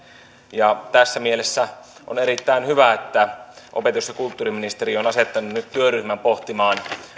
tässä mielessä on erittäin hyvä että opetus ja kulttuuriministeri on asettanut nyt työryhmän pohtimaan